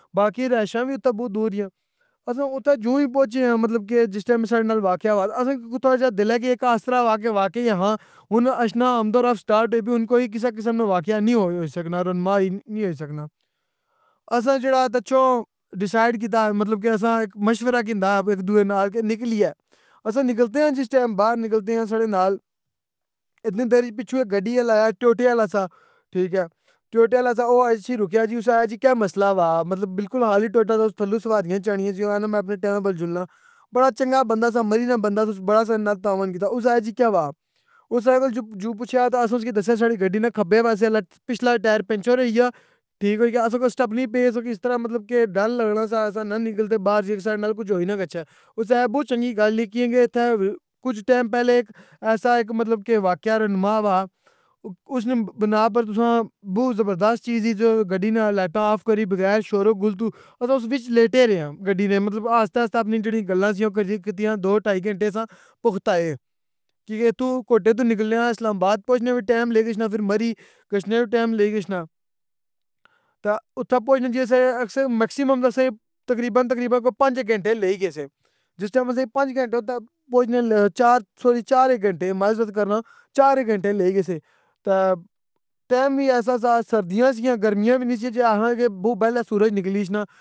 باقی رشاں وی اُتے بوں دور دیاں اساں اُتے جوں ہی پہنچیاں مطلب کے جس ٹیم ساڈے نال واقع ھویا اساں کویْ تھوڑا جیا دلا کے اک آسرا ہویا کہ واقع ہاں ہُن اچھنا آمد و رفت اسٹارٹ ہوئی پیٔ ہُن کویٔ کِسے ِقسم نا واقع نیٔ ہوئ سکنا رونما نیٔ ہوئ سکنا اساں جیڑا تے چوں ڈیسائڈ ِکتّا مطلب کہ اساں مشورہ کِندا ہیس دوۓ نال کہ نکلۓ اساں نکلتے آں جس ٹیم بار نکلتے آں ساڈے نال اتنی دیر اِچ پچھو ہیک گڈی آلا آیا ٹوٹے آلا سا ٹھیک ہے ٹوٹے آلا سا او اچھی ُرکیا جی اس آخیا جی کے مسٔلا وا مطلب با لکل خالی ٹوٹا سا اُس تھلّو سواریاں چڑنی سیاں او آخنا سا میں اپنے ٹیم اوپر جُل ناں بڑا چنگا بندا سا مری نا بندہ سا اُس بڑا اسیں نال تعاون کِتّا اُس آخیا جی کے ہوا اس اسیں جوں پُچھییا اس اسکی دسیا ساڑی گڈّی نے کھّبے پاسے آلا پچھلا ٹیر پنگچر ہوئ یا ٹھیک ھوئ یا اسیں کول اسٹیپنی پیئس اوکی اس طرح مطلب کہ ڈر لگنا سا اساں نا نکلتے باہرجے ساڑے نال کچھ ہوئ نا گچھے اس آخیا بوں چنگی َگل ای کیاں کے اتھے کچھ ٹیم پہلےاک ایسا اک مطلب کےواقع رونما وا اُس نی بنا پر تساں بوں زبردست چیز زی جو گڈی نا لائیٹاں آف کری بغیر شورو غل تو اساں اس وِچ لیٹے رہیاں ‹unintelligible› گڈی دے مطلب آستہ آستہ اپنی جہڑی گلّاں سیاں او کرتی کتیاں دو ٹائی کنٹے اساں بغتا ہے کیاں کے ستوں کو ٹے توں نکلنییاں اس اسلام اباد پہنچنے وی ٹیم لگی گچھنا فِر مری غشنے وی ٹیم لگی غشنا تا اُتا پہنچنے جی اسیں میکسیمم اسی تقریبا تقریبا کوئی پنج ِہیک کنٹے لگی غشنے جس ٹیم اسیں پنج کینٹے اتے پہنچنے چار سوری چار ہیک کینٹے معذرت کرنا چار ہک گھنٹے لگی غشنے تے ٹیم وی ایسا سا سردیاں سیاں گرمیاں وی نئی سیاں جے آخاں بو بلّےسورج نکلی غشنا۔